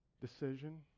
decision